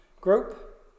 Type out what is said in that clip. group